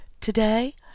Today